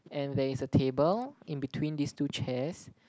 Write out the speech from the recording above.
and there is a table in between these two chairs